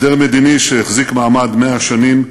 הסדר מדיני, שהחזיק מעמד 100 שנים,